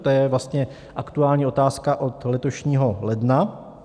To je vlastně aktuální otázka od letošního ledna.